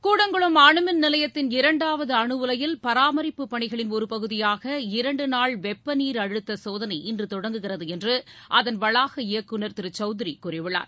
கூடங்குளம் அனுமின் நிலையத்தின் இரண்டாவது அனுஉலையில் பராமரிப்பு பணிகளின் ஒரு பகுதியாக இரண்டு நாள் வெப்பநீர் அழுத்த சோதனை இன்று தொடங்குகிறது என்று அதன் வளாக இயக்குநர் திரு டி எஸ் சவுத்ரி கூறியுள்ளார்